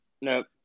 nope